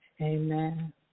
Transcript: amen